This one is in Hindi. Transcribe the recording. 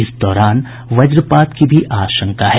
इस दौरान वज्रपात की भी आशंका है